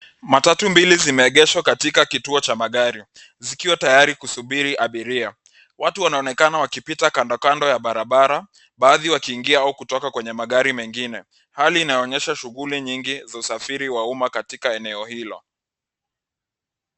Matatu mbili zimeegeshwa katika kituo cha magari zikiwa tayari kusubiri abiria. Watu wanaonekana wakipita kando kando ya barabara baadhi wakiingia au kutoka kwenye magari mengine. Hali inaonyesha shughuli nyingi za usafiri wa umma katika eneo hilo.